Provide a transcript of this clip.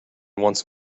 once